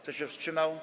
Kto się wstrzymał?